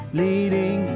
leading